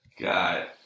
God